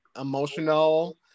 emotional